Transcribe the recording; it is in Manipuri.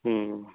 ꯎꯝ